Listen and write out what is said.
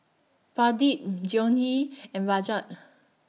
Pradip Dhoni and Rajat